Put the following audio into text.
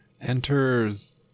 enters